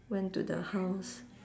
went to the house